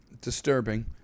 disturbing